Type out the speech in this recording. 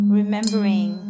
remembering